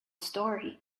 story